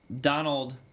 donald